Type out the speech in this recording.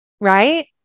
right